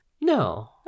No